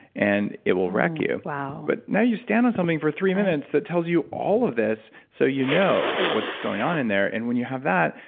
and it will wreck you wow but now you stand on something for three minutes that tells you all of this so you know what's going on in there, and when you have that,